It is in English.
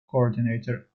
coordinator